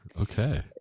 okay